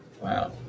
Wow